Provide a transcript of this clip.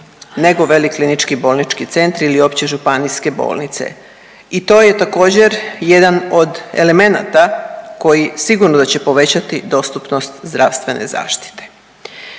nego veliki klinički bolnički centri ili opće županijske bolnice i to je također, jedan od elemenata koji sigurno da će povećati dostupnost zdravstvene zaštite.